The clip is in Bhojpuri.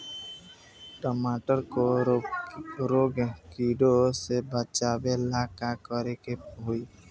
टमाटर को रोग कीटो से बचावेला का करेके होई?